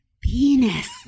penis